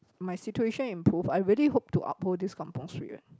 my situation improved I really hope to uphold this kampung spirit